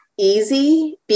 easy